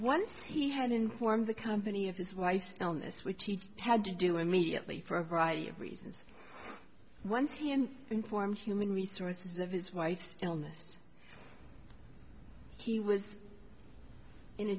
once he had informed the company of his wife's illness which he had to do immediately for a variety of reasons once he and informed human resources of his wife's illness he was in a